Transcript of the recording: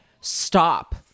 stop